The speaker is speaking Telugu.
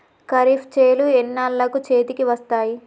ఖరీఫ్ చేలు ఎన్నాళ్ళకు చేతికి వస్తాయి?